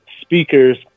speakers